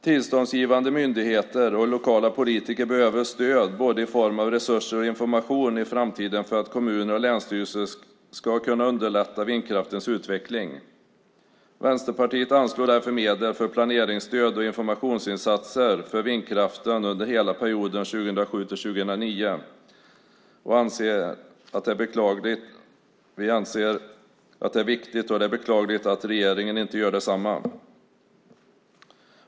Tillståndsgivande myndigheter och lokala politiker behöver i framtiden stöd både i form av resurser och information för att kommuner och länsstyrelser ska kunna underlätta vindkraftens utveckling. Vänsterpartiet anslår därför medel för planeringsstöd och informationsinsatser för vindkraften under hela perioden 2007-2009 då vi anser det vara viktigt, och vi beklagar att regeringen inte gör detsamma.